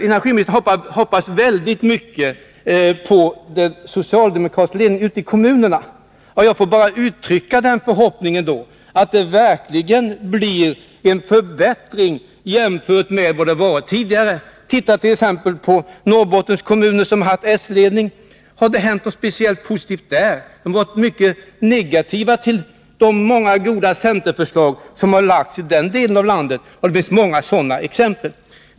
Energiministern hoppas väldigt mycket på den socialdemokratiska ledningen ute i kommunerna. Då får jag bara uttrycka förhoppningen att det verkligen blir en förbättring jämfört med vad det varit tidigare. Se t.ex. på Norrbotten, där man har haft socialdemokratisk ledning. Har det hänt något speciellt positivt där? Nej, de har varit mycket negativa till många goda centerförslag som har framlagts i den delen av landet. Det finns många sådana exempel.